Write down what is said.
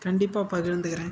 கண்டிப்பாக பகிர்ந்துக்கிறேன்